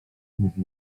mówi